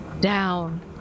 down